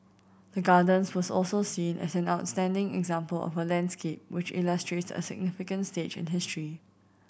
the Gardens was also seen as an outstanding example of a landscape which illustrates a significant stage in history